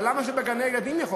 אבל למה שבגני-הילדים יהיה חופש?